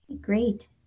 Great